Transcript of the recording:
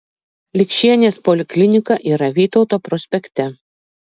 likšienės poliklinika yra vytauto prospekte